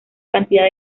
cantidad